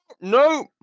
No